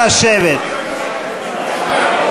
חברי